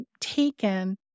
taken